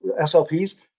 SLPs